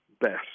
best